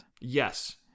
Yes